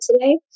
today